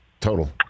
Total